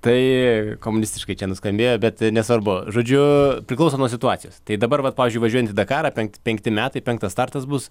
tai komunistiškai čia nuskambėjo bet nesvarbu žodžiu priklauso nuo situacijos tai dabar vat pavyzdžiui važiuojant į dakarą penkt penkti metai penktas startas bus